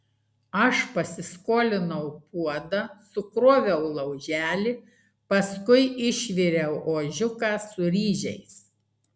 aš pasiskolinau puodą sukroviau lauželį paskui išviriau ožiuką su ryžiais